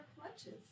clutches